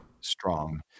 strong